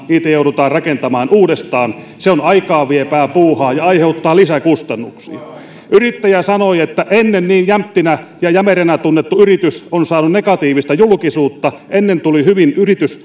niitä joudutaan rakentamaan uudestaan se on aikaavievää puuhaa ja aiheuttaa lisäkustannuksia yrittäjä sanoi että ennen niin jämptinä ja jämeränä tunnettu yritys on saanut negatiivista julkisuutta ennen tuli hyvin